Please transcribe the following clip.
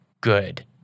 good